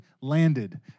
landed